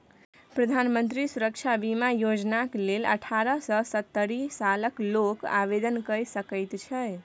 प्रधानमंत्री सुरक्षा बीमा योजनाक लेल अठारह सँ सत्तरि सालक लोक आवेदन कए सकैत छै